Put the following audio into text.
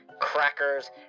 crackers